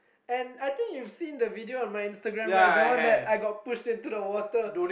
and I think you've seen the video on my Instagram right the one I got pushed into the water